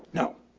no.